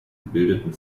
gebildeten